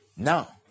now